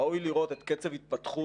ראוי לראות את קצב התפתחות